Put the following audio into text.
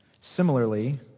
Similarly